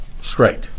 straight